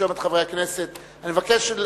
אני מבקש,